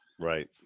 Right